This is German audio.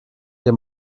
dir